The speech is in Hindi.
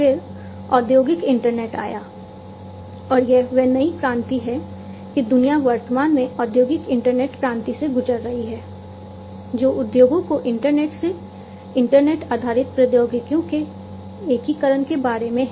फिर औद्योगिक इंटरनेट आया और यह वह नई क्रांति है कि दुनिया वर्तमान में औद्योगिक इंटरनेट क्रांति से गुजर रही है जो उद्योगों को इंटरनेट से इंटरनेट आधारित प्रौद्योगिकियों के एकीकरण के बारे में है